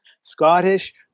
Scottish